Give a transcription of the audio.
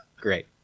Great